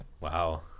Wow